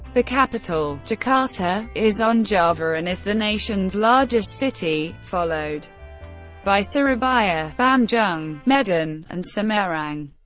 the capital, jakarta, is on java and is the nation's largest city, followed by surabaya, bandung, medan, and semarang.